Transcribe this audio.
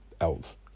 else